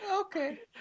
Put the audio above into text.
Okay